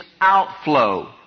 outflow